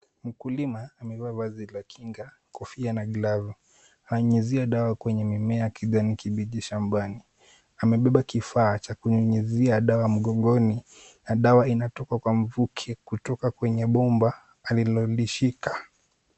Mkulima amevaa vazi la kinga kofia na glavu, ananyunyizia dawa kwa mimea ya kijani kibichi shambani .Amebeba kifaa cha kunyunyizia dawa mgongoni na dawa inatupa kwa mfuke kutoka kwenye bomba alilolishika.